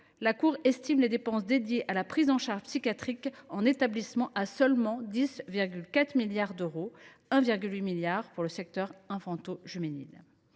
la Cour estime les dépenses consacrées à la prise en charge psychiatrique en établissement à seulement 10,4 milliards d’euros, dont 1,8 milliard d’euros pour le secteur infante juvénile.